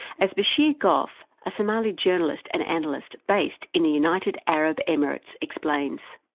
as bashir goth, a somalia journalist and analyst, based in the united arab emirates, explains.